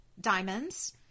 diamonds